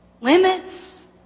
Limits